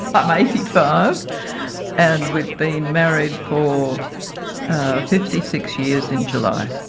i'm eighty five and we've been married for fifty six years in july.